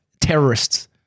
terrorists